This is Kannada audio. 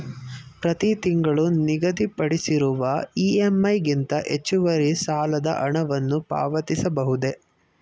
ಪ್ರತಿ ತಿಂಗಳು ನಿಗದಿಪಡಿಸಿರುವ ಇ.ಎಂ.ಐ ಗಿಂತ ಹೆಚ್ಚುವರಿ ಸಾಲದ ಹಣವನ್ನು ಪಾವತಿಸಬಹುದೇ?